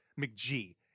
McGee